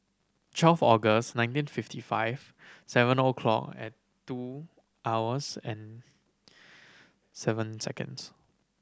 twelve August nineteen fifty five seven o'clock at two hours and seven seconds